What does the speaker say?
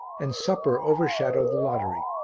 and supper overshadowed the lottery.